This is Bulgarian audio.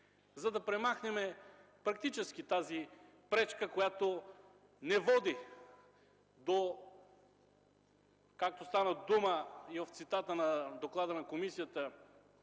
за да премахнем практически тази пречка, която, както стана дума и в цитата на доклада на комисията,